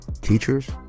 teachers